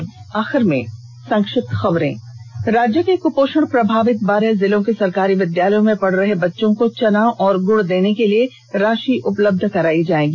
और अब संक्षिप्त खबरें राज्य के कुपोषण प्रभावित बारह जिलों के सरकारी विद्यालयों में पढ़ रहे बच्चों को चना और गुड़ देने के लिए राशि उपलब्ध कराई जाएगी